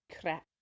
crap